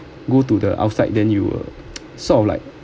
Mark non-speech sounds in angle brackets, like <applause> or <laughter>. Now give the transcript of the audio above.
go to the outside then you'll <noise> sort of like